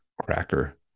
cracker